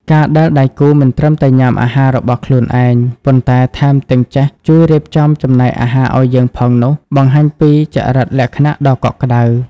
ការដែលដៃគូមិនត្រឹមតែញ៉ាំអាហាររបស់ខ្លួនឯង ប៉ុន្តែថែមទាំងចេះជួយរៀបចំចំណែកអាហារឱ្យយើងផងនោះ បង្ហាញពីចរិតលក្ខណៈដ៏កក់ក្ដៅ។